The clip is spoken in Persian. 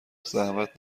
زحمت